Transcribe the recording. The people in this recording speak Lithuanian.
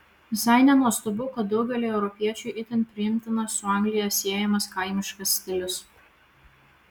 visai nenuostabu kad daugeliui europiečių itin priimtinas su anglija siejamas kaimiškas stilius